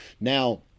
now